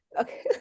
okay